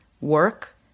work